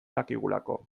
dakigulako